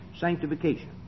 sanctification